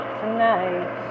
tonight